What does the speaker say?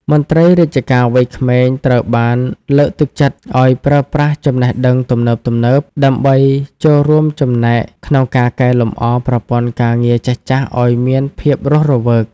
មន្ត្រីរាជការវ័យក្មេងត្រូវបានលើកទឹកចិត្តឱ្យប្រើប្រាស់ចំណេះដឹងទំនើបៗ ដើម្បីចូលរួមចំណែកក្នុងការកែលម្អប្រព័ន្ធការងារចាស់ៗឱ្យមានភាពរស់រវើក។